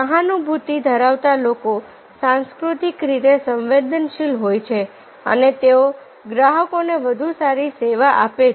સહાનુભૂતિ ધરાવતા લોકો સાંસ્કૃતિક રીતે સંવેદનશીલ હોય છે અને તેઓ ગ્રાહકોને વધુ સારી સેવા આપે છે